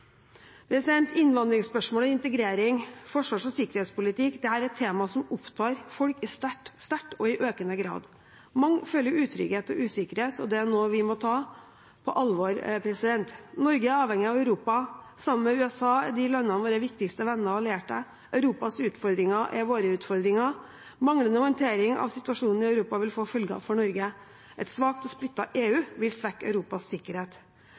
Innvandringsspørsmål og integrering samt forsvars- og sikkerhetspolitikk er temaer som opptar folk sterkt og i økende grad. Mange føler utrygghet og usikkerhet, og det er noe vi må ta på alvor. Norge er avhengig av Europa. Sammen med USA er disse landene våre viktigste venner og allierte. Europas utfordringer er våre utfordringer. Manglende håndtering av situasjonen i Europa vil få følger for Norge. Et svakt og splittet EU vil svekke Europas sikkerhet.